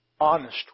honest